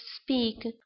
speak